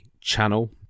Channel